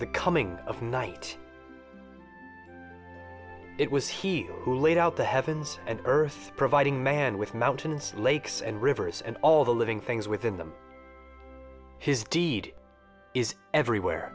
the coming of night it was he who laid out the heavens and earth providing man with mountains lakes and rivers and all the living things within them his deed is everywhere